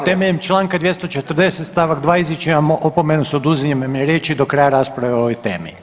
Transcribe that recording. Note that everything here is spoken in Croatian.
Temeljem članka 240. stavak 2. izričem vam opomenu sa oduzimanjem riječi do kraja rasprave o ovoj temi.